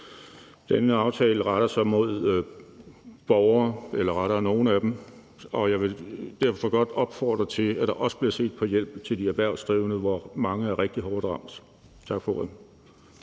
Denne aftale retter sig mod borgerne – eller rettere nogle af dem – og jeg vil derfor godt opfordre til, at der også bliver set på en hjælp til de erhvervsdrivende, hvor mange er rigtig hårdt ramt. Tak for ordet.